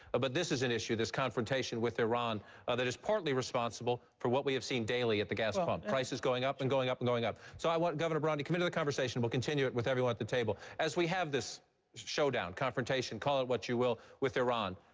ah but this is an issue, this confrontation with iran that is partly responsible for what we have seen daily at the gas pump. prices going up and going up and going up. so i want governor romney come into the conversation, we'll continue it with everyone at the table. as we have this showdown, confrontation, call it what you will with iran.